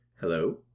Hello